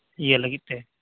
ᱤᱭᱟᱹ ᱞᱟᱹᱜᱤᱫ ᱛᱮ